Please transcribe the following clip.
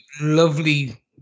lovely